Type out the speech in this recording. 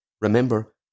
remember